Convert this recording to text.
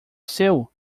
seu